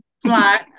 Smart